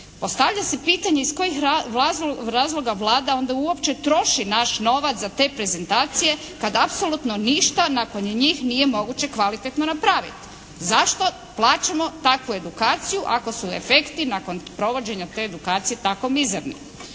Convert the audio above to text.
Postavlja se pitanje iz kojih razloga Vlada onda uopće troši naš novac za te prezentacije, kad apsolutno ništa nakon njih ništa nije moguće kvalitetno napraviti? Zašto plaćamo takvu edukaciju ako su efekti nakon provođenja te edukacije tako mizerni?